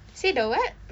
see the what